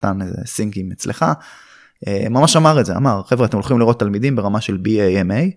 איזה סינקים אצלך ממש אמר את זה אמר חברה אתם הולכים לראות תלמידים ברמה של בי-אמ-איי.